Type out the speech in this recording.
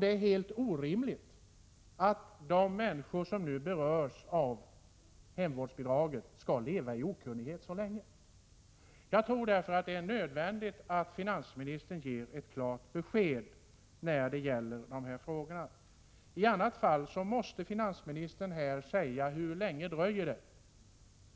Det är helt orimligt att de människor som nu berörs av hemvårdsbidraget skall behöva leva i okunnighet så länge. Jag tror därför att det är nödvändigt att finansministern ger ett klart besked i dessa frågor. I annat fall måste finansministern här säga hur länge det dröjer